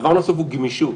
הדבר הנוסף הוא גמישות.